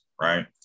right